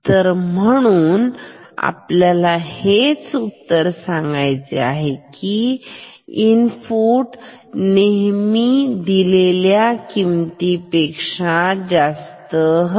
तर म्हणून उत्तर हेच आहे कि इनपुट नेहमी दिलेल्या किमतीपेक्षा जास्त हवे